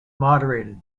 moderated